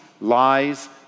lies